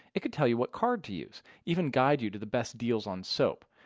it could tell you what card to use, even guide you to the best deals on soap.